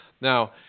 Now